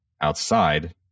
outside